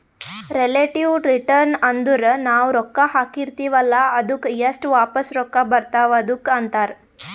relative return ಅಂದುರ್ ನಾವು ರೊಕ್ಕಾ ಹಾಕಿರ್ತಿವ ಅಲ್ಲಾ ಅದ್ದುಕ್ ಎಸ್ಟ್ ವಾಪಸ್ ರೊಕ್ಕಾ ಬರ್ತಾವ್ ಅದುಕ್ಕ ಅಂತಾರ್